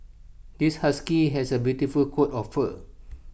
this husky has A beautiful coat of fur